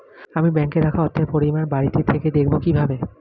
আমি ব্যাঙ্কে রাখা অর্থের পরিমাণ বাড়িতে থেকে দেখব কীভাবে?